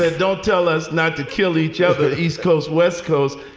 ah don't tell us not to kill each other. east coast. west coast.